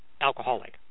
alcoholic